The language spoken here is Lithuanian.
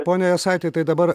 pone jasaiti tai dabar